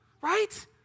Right